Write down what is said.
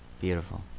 Beautiful